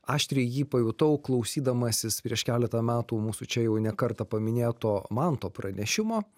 aštriai jį pajutau klausydamasis prieš keletą metų mūsų čia jau ne kartą paminėto manto pranešimo